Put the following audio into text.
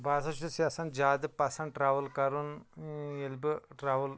بہٕ ہَسا چھُس یَژھان زیٛادٕ پَسَنٛد ٹرٛیوٕل کَرُن ٲں ییٚلہِ بہٕ ٹرٛیوٕل